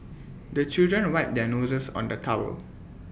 the children wipe their noses on the towel